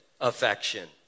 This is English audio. affection